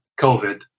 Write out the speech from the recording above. COVID